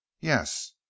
Yes